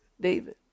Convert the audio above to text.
David